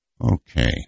Okay